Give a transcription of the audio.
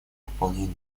выполнению